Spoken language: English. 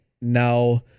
now